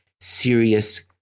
serious